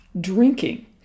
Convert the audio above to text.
drinking